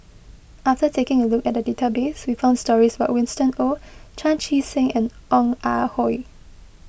after taking a look at the database we found stories about Winston Oh Chan Chee Seng and Ong Ah Hoi